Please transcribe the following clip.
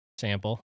sample